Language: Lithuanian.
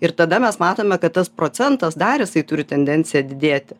ir tada mes matome kad tas procentas dar jisai turi tendenciją didėti